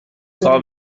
zéro